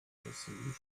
solution